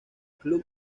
club